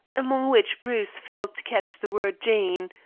among which bruce failed to catch the word jane,